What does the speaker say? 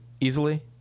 easily